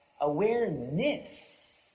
awareness